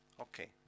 Okay